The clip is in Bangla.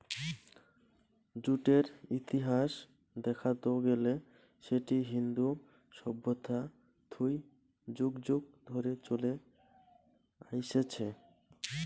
জুটের ইতিহাস দেখাত গেলে সেটি ইন্দু সভ্যতা থুই যুগ যুগ ধরে চলে আইসছে